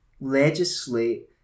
legislate